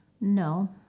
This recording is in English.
No